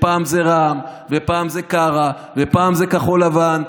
שפעם זה רע"מ ופעם זה קארה ופעם זה כחול לבן,